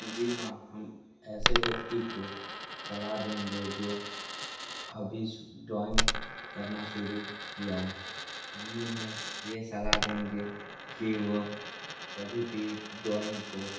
जी हाँ हम ऐसे व्यक्ति को सलाह देंगे जो अभी ड्रॉइंग करना शुरू किया है हम उन्हें यह सलाह देंगे कि वह कभी भी ड्रॉइंग को